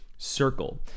circle